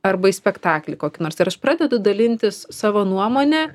arba į spektaklį kokį nors ir aš pradedu dalintis savo nuomone